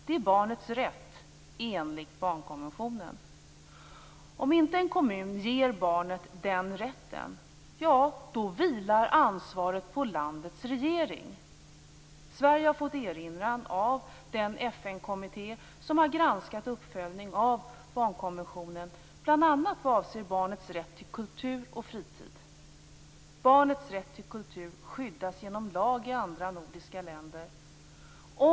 Det är barnets rätt enligt barnkonventionen. Om inte en kommun ger barnet den rätten, vilar ansvaret på landets regering. Sverige har fått erinran av den FN-kommitté som har granskat uppföljningen av barnkonventionen bl.a. vad avser barnets rätt till kultur och fritid. Barnets rätt till kultur skyddas genom lag i andra nordiska länder.